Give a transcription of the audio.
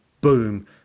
boom